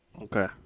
Okay